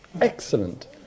excellent